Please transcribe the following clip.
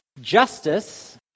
Justice